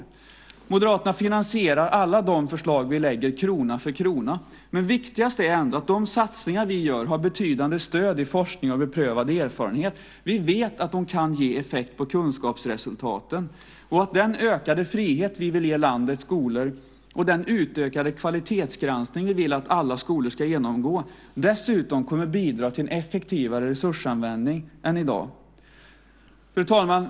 Vi moderater finansierar alla de förslag vi lägger krona för krona, men viktigast är ändå att de satsningar vi gör har betydande stöd i forskning och beprövad erfarenhet. Vi vet att de kan ge effekt på kunskapsresultaten och att den ökade frihet vi vill ge landets skolor och den utökade kvalitetsgranskning vi vill att alla skolor ska genomgå dessutom kommer att bidra till en effektivare resursanvändning än i dag. Fru talman!